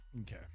Okay